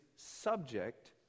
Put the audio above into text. subject